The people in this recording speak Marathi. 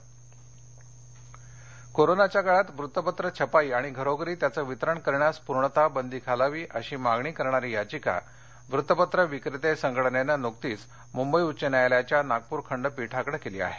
हायकोर्ट नागपर कोरोनाच्या काळात वृत्तपत्र छपाई आणि घरोघरी त्याचं वितरण करण्यास पूर्णतः बंदी घालावी अशी मागणी करणारी याचिका वृत्तपत्र विक्रेते संघटनेनं नुकतीच मुंबई उच्च न्यायालयाच्या नागपूर खंडपीठाकडे केली आहे